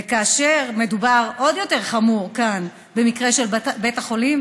וכאשר מדובר במקרה עוד יותר חמור, של בית חולים